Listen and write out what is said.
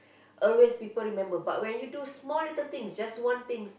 always people remember but when you do small little things just one thing